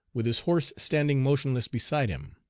with his horse standing motionless beside him.